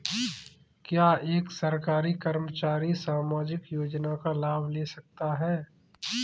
क्या एक सरकारी कर्मचारी सामाजिक योजना का लाभ ले सकता है?